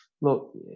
look